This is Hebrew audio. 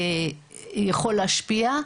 זה יכול להשפיע.